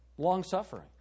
Long-suffering